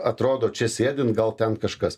atrodo čia sėdint gal ten kažkas